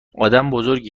آدمبزرگی